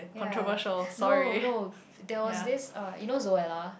ya no no there was this uh you know Zoella ya